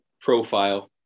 profile